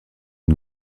une